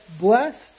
Blessed